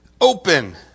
open